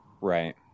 right